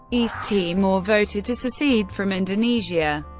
east timor voted to secede from indonesia,